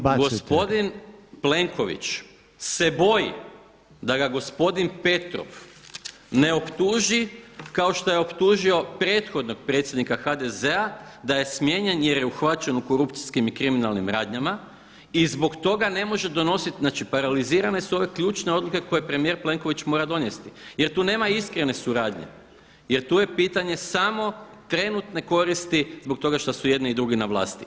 Znači gospodin Plenković se boji da ga gospodin Petrov ne optuži kao što je optužio prethodnog predsjednika HDZ-a da je smijenjen jer je uhvaćen u korupcijskim i kriminalnim radnjama i zbog toga ne može donositi, znači paralizirane su ove ključne odluke koje premijer Plenković mora donijeti jer tu nema iskrene suradnje, jer tu je pitanje samo trenutne koristi zbog toga što su jedni i drugi na vlasti.